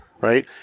Right